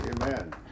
Amen